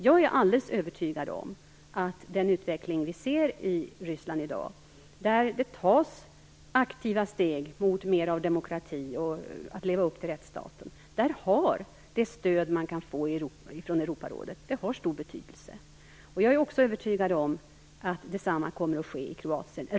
Jag är alldeles övertygad om att det stöd man kan få ifrån Europarådet har stor betydelse för den utveckling vi ser i Ryssland i dag, där det tas aktiva steg mot mer demokrati och att leva upp till rättsstaten. Jag är också övertygad om att detsamma kommer att ske i Kroatien.